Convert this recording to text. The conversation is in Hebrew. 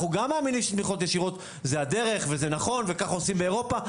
אנחנו גם מאמינים שתמיכות ישירות זה הדרך וזה נכון וכך עושים באירופה,